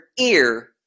ear